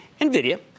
NVIDIA